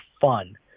fun